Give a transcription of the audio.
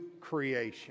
creation